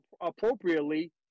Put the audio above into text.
appropriately